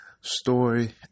story